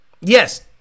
yes